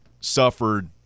suffered